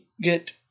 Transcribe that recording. get